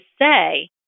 say